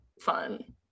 fun